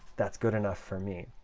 that's good enough for me.